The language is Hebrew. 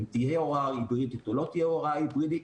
אם תהיה הוראה היברידית או לא תהיה הוראה היברידית,